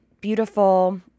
beautiful